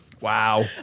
Wow